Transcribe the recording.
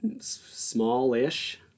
smallish